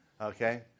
Okay